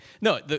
No